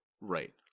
Right